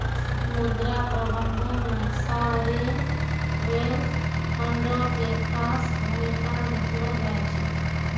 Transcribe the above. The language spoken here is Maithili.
मुद्रा प्रबंधन मे सावरेन वेल्थ फंडो के खास भूमिका देखलो जाय छै